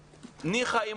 ניחא,